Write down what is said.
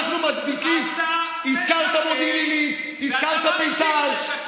אתה משקר ואתה ממשיך לשקר.